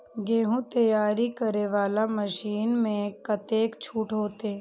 गेहूं तैयारी करे वाला मशीन में कतेक छूट होते?